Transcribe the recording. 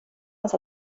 hans